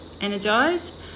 energized